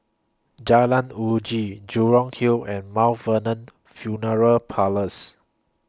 Jalan Uji Jurong Hill and Mount Vernon Funeral Parlours